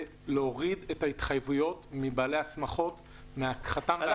וצריך להוריד התחייבויות מבעלי השמחות ומהחתן והכלה.